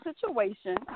situation